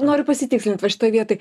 noriu pasitikslint vat šitoj vietoj